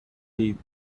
teeth